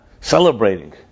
celebrating